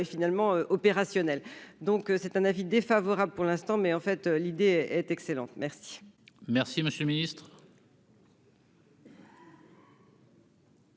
et finalement opérationnel, donc c'est un avis défavorable pour l'instant, mais en fait, l'idée est excellente, merci. Merci, monsieur le Ministre.